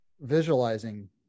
visualizing